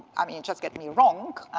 i mean, just get me wrong,